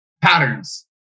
patterns